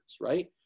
right